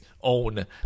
own –